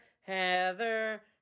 Heather